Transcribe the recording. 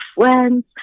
friends